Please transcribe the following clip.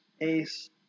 ace